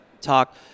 talk